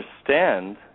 understand